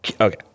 Okay